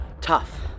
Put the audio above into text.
Tough